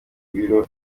ibiro